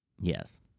Yes